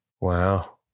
Wow